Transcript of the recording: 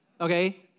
Okay